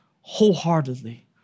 wholeheartedly